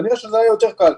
כנראה שזה היה יותר קל.